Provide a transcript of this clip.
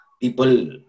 people